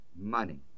money